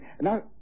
Now